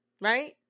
Right